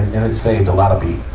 and it saved a lot of